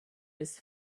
its